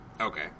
Okay